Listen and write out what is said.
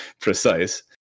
precise